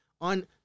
on